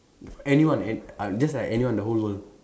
if anyone any uh just like anyone in the whole world